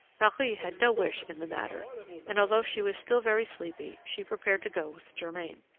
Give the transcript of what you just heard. marie had no wish in the matter and although she was still very sleepy, she prepared to go with germain.